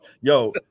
Yo